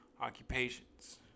occupations